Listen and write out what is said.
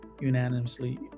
unanimously